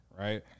right